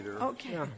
Okay